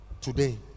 today